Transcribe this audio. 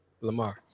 Lamar